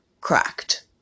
cracked